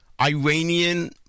Iranian